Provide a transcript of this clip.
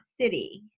City